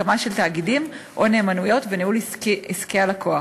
הקמה של תאגידים או נאמנויות וניהול עסקי הלקוח.